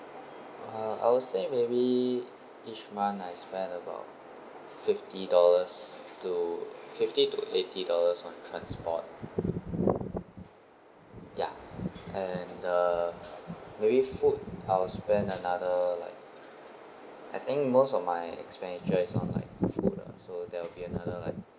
uh I would say maybe each month I spend about fifty dollars to fifty to eighty dollars on transport ya and err maybe food I'll spend another like I think most of my expenditure is on like food lah so there will be another like